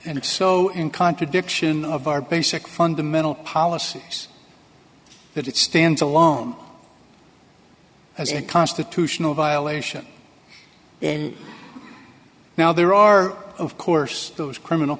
and so in contradiction of our basic fundamental policies that it stands alone as a constitutional violation and now there are of course those criminal